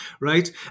right